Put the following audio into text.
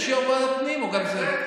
יש יו"ר ועדת פנים, או גם זה?